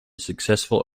successful